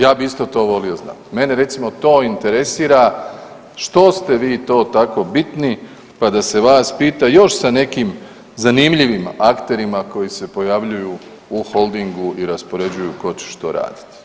Ja bi isto to volio znati, mene recimo to interesira što ste vi to tako bitni pa da se vas pita, još sa nekim zanimljivim akterima koji se pojavljuju u Holdingu i raspoređuju ko će što raditi.